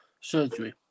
surgery